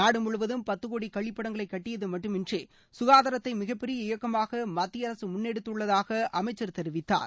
நாடு முழுவதும் பத்து கோடி கழிப்பிடங்களை கட்டியது மட்டுமன்றி சுகாதாரத்தை மிகப்பெரிய இயக்கமாக மத்திய அரசு முன்னெடுத்துள்ளதாக அமைச்சர் தெரிவித்தார்